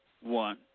one